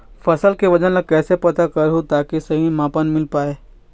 फसल के वजन ला कैसे पता करहूं ताकि सही मापन मील पाए?